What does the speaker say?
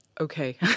okay